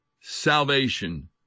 salvation